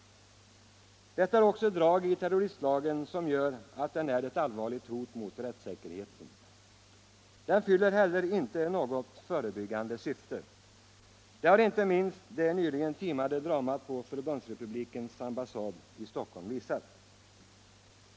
Det är också detta drag i terroristlagen som gör att den är ett allvarligt hot mot rättssäkerheten. Den fyller heller inte någon funktion i förebyggande syfte. Det har inte minst det nyligen timade dramat på västtyska ambassaden i Stockholm visat.